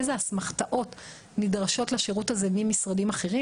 איזה אסמכתאות נדרשות לשירות הזה ממשרדים אחרים,